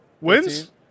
Wins